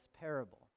parable